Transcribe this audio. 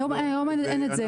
היום אין את זה.